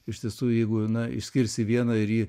iš tiesų jeigu na išskirsi vieną ir jį